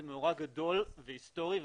זה מאורע גדול והיסטורי,